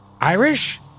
Irish